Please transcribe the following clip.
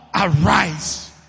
arise